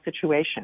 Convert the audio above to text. situation